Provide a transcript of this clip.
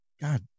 God